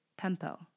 pempo